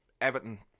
Everton